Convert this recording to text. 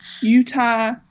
Utah